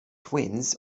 twins